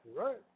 right